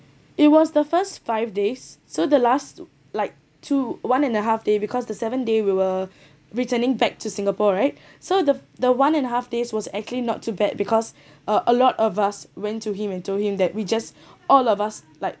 it was the first five days so the last like two one and a half day because the seventh day we were returning back to singapore right so the the one and a half days was actually not too bad because uh a lot of us went to him and told him that we just all of us like